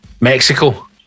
Mexico